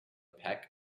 peck